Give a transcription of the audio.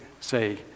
say